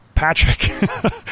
Patrick